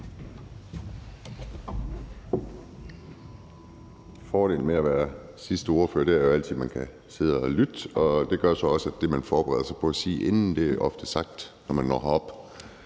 Fordelen ved at være den sidste ordfører er altid, at man kan sidde og lytte, og det gør så også, at det, man forbereder sig på at sige forinden, ofte er sagt, når man når herop.